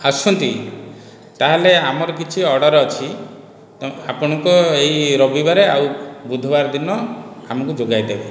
ଆସୁଛନ୍ତି ତା'ହେଲେ ଆମର କିଛି ଅର୍ଡ଼ର ଅଛି ତ ଆପଣଙ୍କ ଏହି ରବିବାର ଆଉ ବୁଧବାର ଦିନ ଆମକୁ ଯୋଗାଇ ଦେବେ